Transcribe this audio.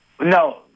No